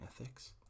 ethics